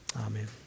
Amen